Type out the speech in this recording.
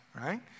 right